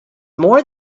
more